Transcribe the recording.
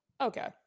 Okay